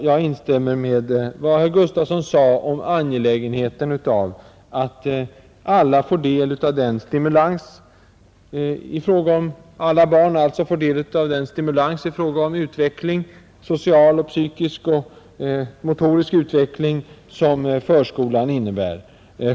Jag instämmer i vad herr Gustavsson i Alvesta sade om angelägenheten av att alla barn får del av den stimulans i fråga om social, psykisk och motorisk utveckling som förskolan innebär.